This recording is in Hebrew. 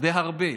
והרבה.